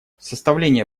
составление